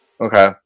Okay